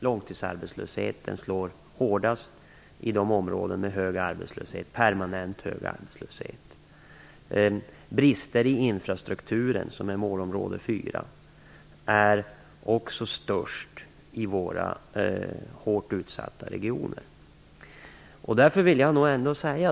Långtidsarbetslösheten slår hårdast i områden med permanent hög arbetslöshet. Bristerna i infrastrukturen, som är målområde 4, är också störst i våra hårt utsatta regioner.